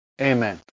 Amen